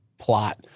plot